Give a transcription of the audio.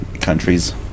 countries